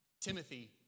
Timothy